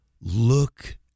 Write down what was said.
look